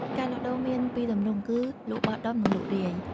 ការលក់ដូរមានពីរទម្រង់គឺ លក់បោះដុំ និងលក់រាយ។